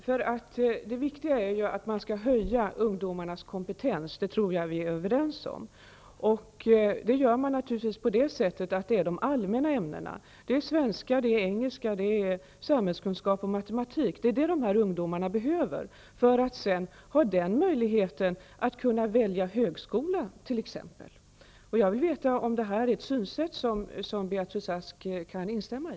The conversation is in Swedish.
Fru talman! Det viktiga är ju att man skall höja ungdomarnas kompetens -- det tror jag vi är överens om. Det gör man genom de allmänna ämnena -- svenska, engelska, samhällskunskap och matematik; det är kunskaper i det som de här ungdomarna behöver, för att sedan ha möjligheten att t.ex. välja högskola. Jag vill veta om det är ett synsätt som Beatrice Ask kan instämma i.